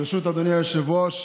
ברשות אדוני היושב-ראש,